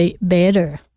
better